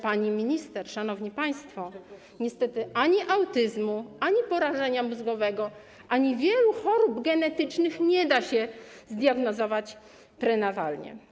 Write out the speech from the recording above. Pani minister, szanowni państwo, niestety ani autyzmu, ani porażenia mózgowego, ani wielu chorób genetycznych nie da się zdiagnozować prenatalnie.